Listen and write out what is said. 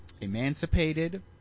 emancipated